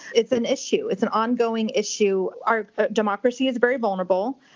it's an issue it's an ongoing issue. our democracy is very vulnerable.